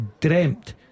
dreamt